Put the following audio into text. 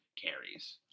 carries